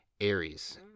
Aries